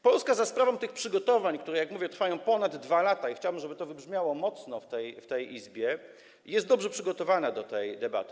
Polska za sprawą tych przyszykowań, które, jak mówię, trwają ponad 2 lata - i chciałbym, żeby to wybrzmiało mocno w tej Izbie - jest dobrze przygotowana do tej debaty.